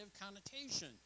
connotation